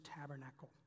tabernacle